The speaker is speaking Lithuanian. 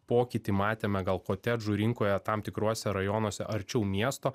pokytį matėme gal kotedžų rinkoje tam tikruose rajonuose arčiau miesto